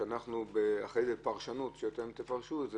ואחרי פרשנות שאתם תפרשו,